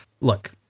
Look